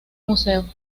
museo